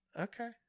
Okay